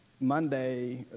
monday